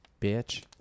bitch